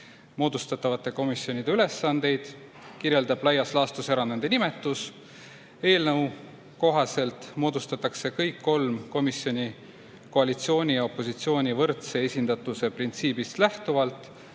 Moodustatavate komisjonide ülesandeid kirjeldab laias laastus nende nimetus. Eelnõu kohaselt moodustatakse kõik kolm komisjoni koalitsiooni ja opositsiooni võrdse esindatuse printsiibist lähtuvalt